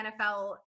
NFL